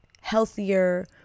healthier